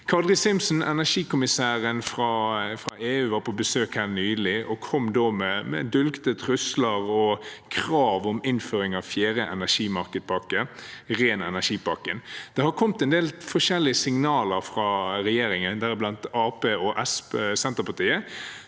Kadri Simson, energikommissæren fra EU, var på besøk her nylig og kom med dulgte trusler og krav om innføring av fjerde energimarkedspakke – ren energipakken. Det har kommet en del forskjellige signaler fra Arbeiderpartiet og Senterpartiet.